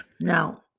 Now